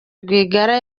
rwigara